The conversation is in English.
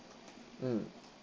mm